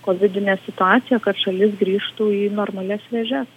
kovidinę situaciją kad šalis grįžtų į normalias vėžes